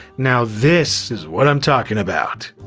now this is what i'm talkin' about.